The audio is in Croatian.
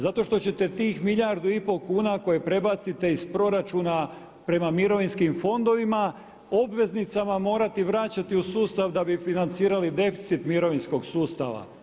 Zato što ćete tih milijardu i pol kuna koje prebacite iz proračuna prema mirovinskim fondovima obveznicama morati vraćati u sustav da bi financirali deficit mirovinskog sustava.